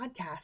podcast